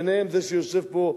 ביניהם זה שיושב פה.